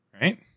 right